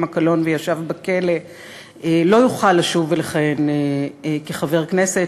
קלון וישב בכלא לא יוכל לשוב ולכהן כחבר כנסת.